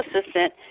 assistant